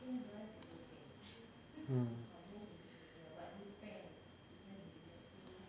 mm